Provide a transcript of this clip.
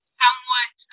somewhat